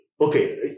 okay